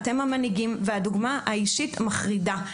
אתם מנהיגי הציבור והדוגמה האישית מחרידה.